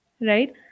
right